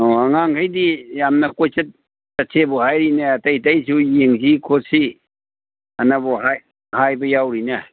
ꯑꯣ ꯑꯉꯥꯡꯈꯩꯗꯤ ꯌꯥꯝꯅ ꯀꯣꯏꯆꯠ ꯆꯠꯁꯦꯕꯨ ꯍꯥꯏꯔꯤꯅꯦ ꯑꯇꯩ ꯑꯇꯩꯁꯨ ꯌꯦꯡꯁꯤ ꯈꯣꯠꯁꯤ ꯍꯥꯏꯅꯕꯨ ꯍꯥꯏ ꯍꯥꯏꯕ ꯌꯥꯎꯔꯤꯅꯦ